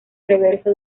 reverso